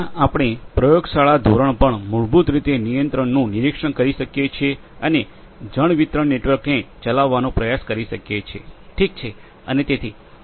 જ્યાં આપણે પ્રયોગશાળા ધોરણ પર મૂળભૂત રીતે નિયંત્રણનું નિરીક્ષણ કરી શકીએ છીએ અને જળ વિતરણ નેટવર્કને ચલાવવાનો પ્રયાસ કરી શકીએ છીએ